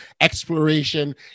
exploration